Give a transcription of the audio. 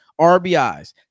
RBIs